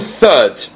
third